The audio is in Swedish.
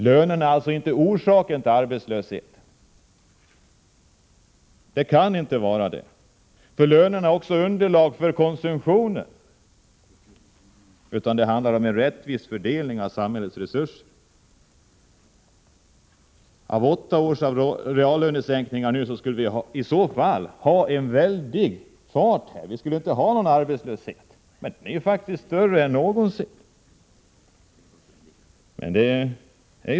Lönerna är inte orsaken till arbetslösheten, kan inte vara det. Lönerna är också underlaget för konsumtionen. Det handlar om en rättvis fördelning av samhällets resurser. Med åtta års reallönesänkningar skulle vi i så fall ha en väldig fart, vi skulle inte ha någon arbetslöshet, men den är faktiskt större än någonsin.